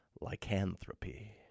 Lycanthropy